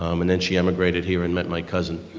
um and then she emigrated here and met my cousin.